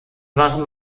waren